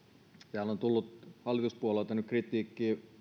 täällä on tullut hallituspuolueilta nyt kritiikkiä